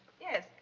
Yes